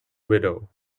widow